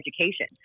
education